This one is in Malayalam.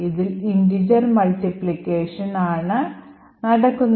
ഇതിൽ integer multpipication ആണ് ആണ് നടക്കുന്നത്